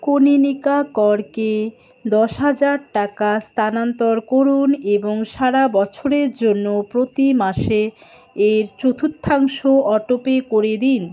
কনীনিকা করকে দশ হাজার টাকা স্থানান্তর করুন এবং সারা বছরের জন্য প্রতি মাসে এর চতুর্থাংশ অটোপে করে দিন